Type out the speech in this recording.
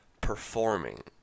performing